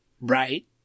Right